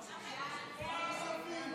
סעיפים 1 3 נתקבלו.